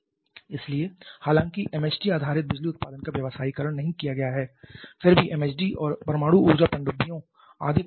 इसलिए हालांकि MHD आधारित बिजली उत्पादन का व्यवसायीकरण नहीं किया गया है फिर भी MHD और परमाणु ऊर्जा पनडुब्बियों आदि कुछ उदाहरण हैं